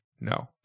No